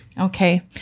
Okay